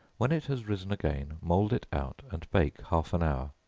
when it has risen again, mould it out, and bake half an hour.